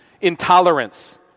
intolerance